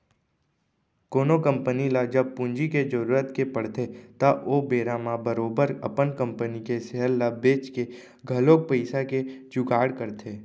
कोनो कंपनी ल जब पूंजी के जरुरत के पड़थे त ओ बेरा म बरोबर अपन कंपनी के सेयर ल बेंच के घलौक पइसा के जुगाड़ करथे